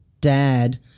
dad